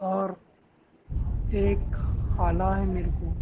اور ایک خالہ ہے میرے کو